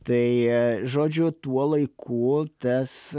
tai žodžiu tuo laiku tas